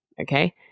Okay